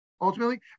ultimately